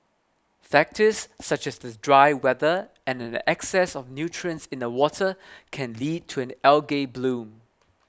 factors such as the dry weather and an excess of nutrients in the water can lead to an algae bloom